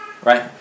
right